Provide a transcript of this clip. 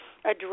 address